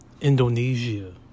Indonesia